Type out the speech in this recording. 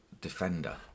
defender